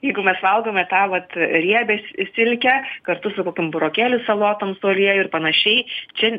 jeigu mes valgome tą vat riebią si silkę kartu su kokiom burokėlių salotom su alieju ir panašiai čia